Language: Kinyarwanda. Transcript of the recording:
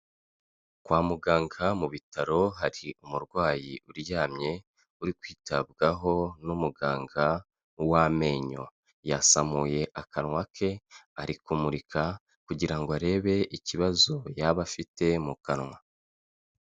Kwa muganga mu bitaro hari umurwayi uryamye uri kwitabwaho n'umuganga w'amenyo, yasamuye akanwa ke ari kumurika kugira ngo arebe ikibazo yaba afite mu kanwa.